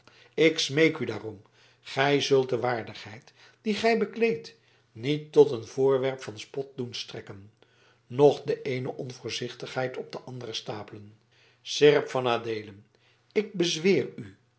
ik smeek u daarom gij zult de waardigheid die gij bekleedt niet tot een voorwerp van spot doen strekken noch de eene onvoorzichtigheid op de andere stapelen seerp van adeelen ik bezweer u